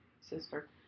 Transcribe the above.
sister